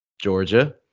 Georgia